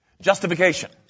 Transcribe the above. justification